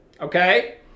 okay